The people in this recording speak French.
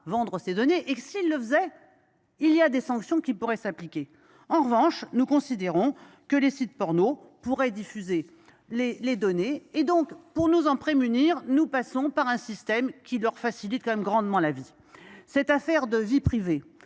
vendre ces données ! D’ailleurs, dans le cas contraire, des sanctions pourraient s’appliquer. En revanche, nous considérons que les sites pornos pourraient diffuser les données et, pour nous en prémunir, nous passons par un système qui leur facilite grandement la vie. Cette affaire de vie privée